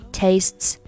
tastes